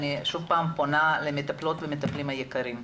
ואני שוב פונה למטפלים ומטפלות היקרים,